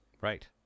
Right